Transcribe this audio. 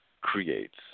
creates